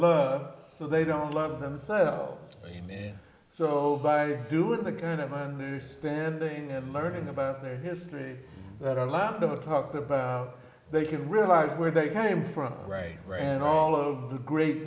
love so they don't love themselves so by doing the kind of understanding and learning about their history that our laptop talked about they can realize where they came from right right and all of the great